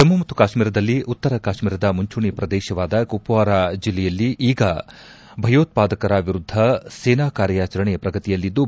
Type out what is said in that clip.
ಜಮ್ಮ ಮತ್ತು ಕಾಶ್ತೀರದಲ್ಲಿ ಉತ್ತರ ಕಾಶ್ಮೀರದ ಮುಂಚೂಣಿ ಪ್ರದೇಶವಾದ ಕುಪ್ವಾರ ಜಿಲ್ಲೆಯಲ್ಲಿ ಈಗ ಭಯೋತ್ಪಾದಕರ ವಿರುದ್ದ ಸೇನಾ ಕಾರ್ಯಾರಚಣೆ ಪ್ರಗತಿಯಲ್ಲಿದ್ದು